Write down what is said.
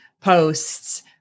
posts